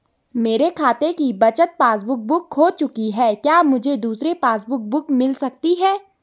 मेरे खाते की बचत पासबुक बुक खो चुकी है क्या मुझे दूसरी पासबुक बुक मिल सकती है?